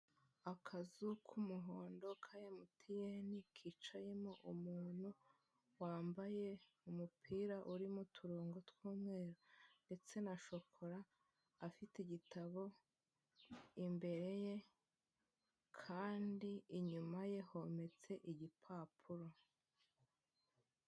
Akazu k'umuhondo ka emutiyeni, kicayemo umuntu wambaye umupira urimo uturongo tw'umweru ndetse na shokora, afite igitabo imbere ye, kandi inyuma ye hometse igipapuro.